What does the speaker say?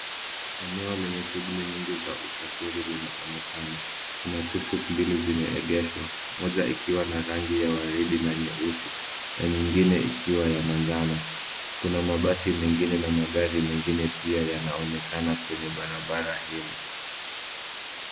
Eneo lenye shughuli nyingi za usafiri linaonekana. Kuna tuktuk mbili zimeegeshwa moja ikiwa na rangi ya waridi na nyeusi na nyingine ikiwa ya manjano. Kuna mabasi mengine na magari mengine pia yanaonekana kwenye barabara hio.